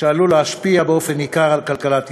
שעלול להשפיע באופן ניכר על כלכלת ישראל,